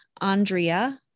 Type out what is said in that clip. andrea